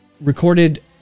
recorded